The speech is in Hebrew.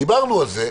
דיברנו על זה,